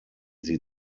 sie